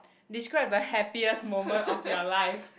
describe the happiest moment of your life